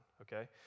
Okay